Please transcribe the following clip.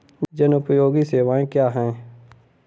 जनोपयोगी सेवाएँ क्या हैं?